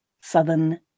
southern